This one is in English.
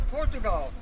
Portugal